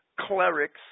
clerics